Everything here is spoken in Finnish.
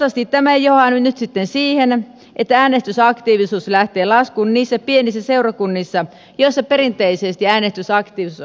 toivottavasti tämä ei johda nyt sitten siihen että äänestysaktiivisuus lähtee laskuun niissä pienissä seurakunnissa joissa perinteisesti äänestysaktiivisuus on ollut korkea